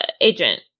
agent